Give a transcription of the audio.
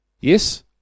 Yes